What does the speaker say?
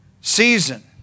Season